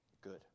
good